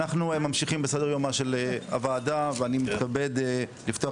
אנחנו ממשיכים בסדר יומה של הוועדה ואני מתכבד לפתוח